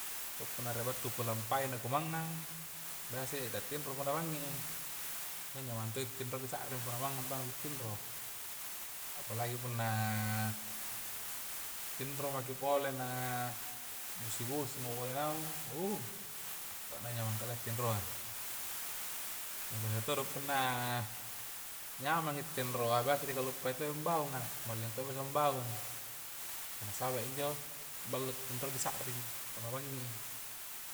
Tu punna re battu kulamppai na ku ma'ngang biasa ta tindroa punna banging i e nyamang to ' tindro di sa'ring punna mangnga taua na ki tindro palagi punna tindro maki pole na bosi-bois mo pole naung pokona nyamang kalea tindroa na bahaya todo punna nyamangi tindroa biasa di kaluppai ambangung nga malling to biasa ambangung kah nasaba injo ballo tindroa di sa'ring punna banging i